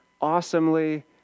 awesomely